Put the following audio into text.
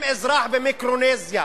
אם אזרח במיקרונזיה